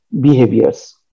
behaviors